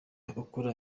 ukora